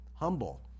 Humble